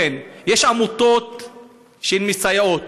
יש עמותות שמסייעות,